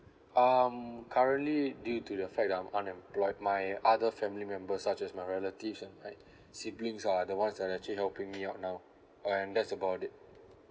um currently due to the fact that I'm unemployed my other family members such as my relatives and my siblings are the ones that actually helping me out now and that's about it